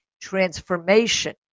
transformation